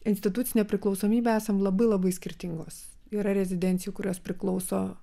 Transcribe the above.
institucinė priklausomybė esam labai labai skirtingos yra rezidencijų kurios priklauso